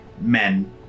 men